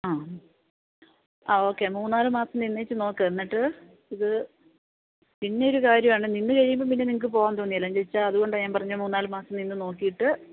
ആ ആ ഓക്കെ മൂന്നുനാല് മാസം നിന്നിട്ട് നോക്ക് എന്നിട്ട് ഇത് പിന്നെ ഒരു കാര്യമാണ് നിന്നുകഴിയുമ്പോള് പിന്നെ നിങ്ങള്ക്ക് പോകാൻ തോന്നുകയില്ല എന്താണെന്നുവെച്ചാല് അതുകൊണ്ടാണ് ഞാൻ പറഞ്ഞത് മൂന്നുനാല് മാസം നിന്നുനോക്കിയിട്ട്